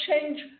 change